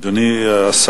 תודה, אדוני השר.